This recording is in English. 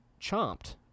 chomped